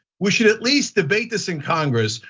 we should at least debate this in congress,